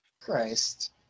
Christ